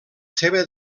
seva